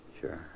Sure